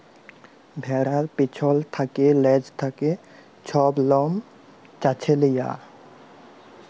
ভেড়ার পিছল থ্যাকে লেজ থ্যাকে ছব লম চাঁছে লিয়া